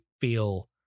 feel